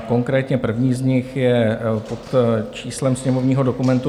Konkrétně první z nich je pod číslem sněmovního dokumentu 2281.